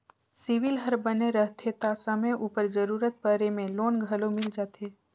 CIBIL हर बने रहथे ता समे उपर जरूरत परे में लोन घलो मिल जाथे